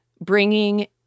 bringing